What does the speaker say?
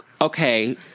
okay